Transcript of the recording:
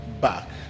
back